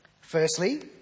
Firstly